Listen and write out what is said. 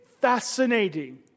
fascinating